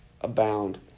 abound